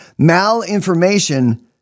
Malinformation